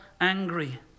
angry